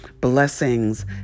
blessings